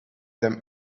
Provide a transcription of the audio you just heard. them